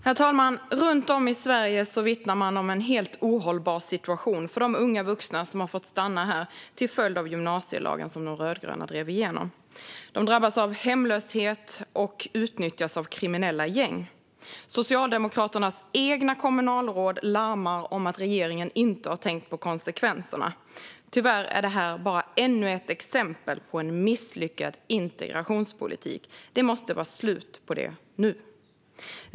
Herr talman! Runt om i Sverige vittnar man om en helt ohållbar situation för de unga vuxna som har fått stanna här till följd av gymnasielagen, som de rödgröna drev igenom. De drabbas av hemlöshet och utnyttjas av kriminella gäng. Socialdemokraternas egna kommunalråd larmar om att regeringen inte har tänkt på konsekvenserna. Tyvärr är detta bara ännu ett exempel på en misslyckad integrationspolitik. Det måste vara slut på det nu!